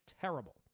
terrible